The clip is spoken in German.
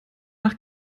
nach